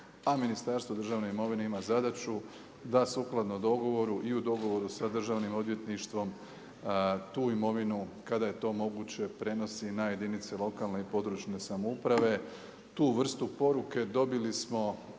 a Ministarstvo državne imovine ima zadaću da sukladno dogovoru i u dogovoru sa Državnim odvjetništvom. Tu imovinu kada je to moguće prenosi na jedinica lokalne i područne samouprave. Tu vrstu poruke dobili smo